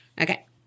Okay